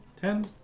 Ten